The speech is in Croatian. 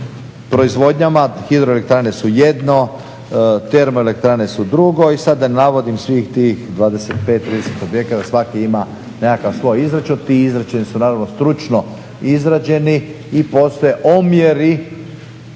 hidroelektrane su jedno, termo elektrane su drugo. I sad da ne navodim svih tih 25, 30 objekata. Svaki ima nekakav svoj izračun. Ti izračuni su naravno stručno izrađeni i postoje omjeri